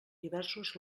diversos